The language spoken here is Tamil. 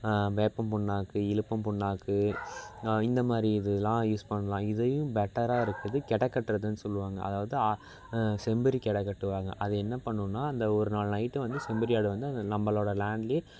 வேப்பம் புண்ணாக்கு இழுப்பம் புண்ணாக்கு இந்த மாதிரி இதெலாம் யூஸ் பண்ணலாம் இதையும் பெட்டராக இருக்குது கெட கட்டுறதுன்னு சொல்லுவாங்க அதாவது ஆ செம்பேறி கெடா கட்டுவாங்க அது என்ன பண்ணுன்னா அந்த ஒரு நாள் நைட்டு வந்து செம்பேறி ஆட வந்து அந்த நம்பளோட லேண்ட்ல